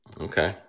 Okay